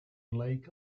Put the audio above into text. lake